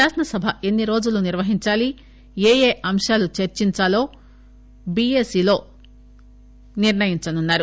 శాసనసభ ఎన్ని రోజులు నిర్వహించాలి ఏయే అంశాలు చర్సించాలో బీఏసీ లో నిర్ణయించనున్నారు